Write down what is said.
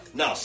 no